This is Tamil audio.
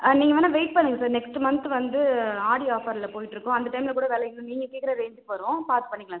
நீங்கள் வேணால் வெயிட் பண்ணுங்கள் சார் நெக்ஸ்ட்டு மன்த் வந்து ஆடி ஆஃபரில் போய்கிட்ருக்கும் அந்த டைமில் கூட விலை இன்னும் நீங்கள் கேட்குற ரேஞ்சுக்கு வரும் பார்த்து பண்ணிக்கலாம் சார்